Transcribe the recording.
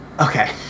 Okay